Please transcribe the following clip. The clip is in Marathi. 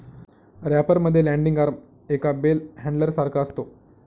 रॅपर मध्ये लँडिंग आर्म एका बेल हॅण्डलर सारखा असतो